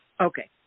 Okay